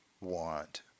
want